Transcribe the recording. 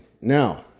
now